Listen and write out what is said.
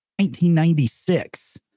1996